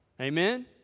Amen